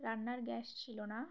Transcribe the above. রান্নার গ্যাস ছিল না